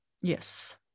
Yes